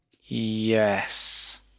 Yes